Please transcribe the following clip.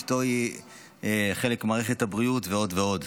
אשתו היא חלק ממערכת הבריאות ועוד ועוד.